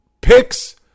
Picks